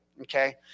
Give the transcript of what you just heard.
okay